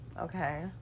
Okay